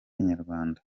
inyarwanda